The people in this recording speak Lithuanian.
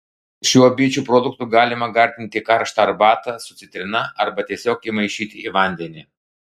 šiuo bičių produktu galima gardinti karštą arbatą su citrina arba tiesiog įmaišyti į vandenį